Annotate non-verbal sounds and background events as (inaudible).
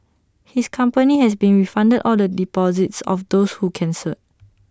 his company has been refunded all the deposits of those who cancelled (noise)